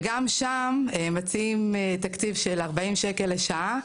וגם שם מציעים תקציב של 40 ש"ח לשעה,